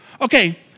Okay